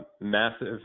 massive